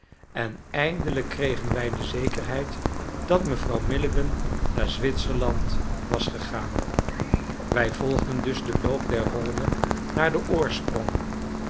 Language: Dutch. en eindelijk kregen wij de zekerheid dat mevrouw milligan naar zwitserland was gegaan wij volgden dus den loop der rhône naar den oorsprong